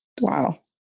Wow